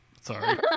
Sorry